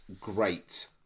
great